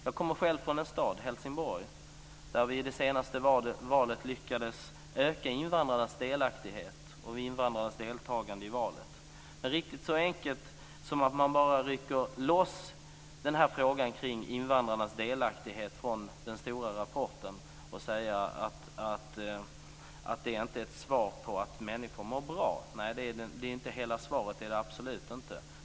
Jag kommer själv från en stad, Helsingborg, där vi i det senaste valet lyckades öka invandrarnas delaktighet och deltagande i valet. Men riktigt så enkelt är det inte att man bara kan rycka loss frågan om invandrarnas delaktighet från den stora rapporten och säga att det inte är ett svar på att människor mår bra. Nej, det är inte hela svaret. Det är det absolut inte.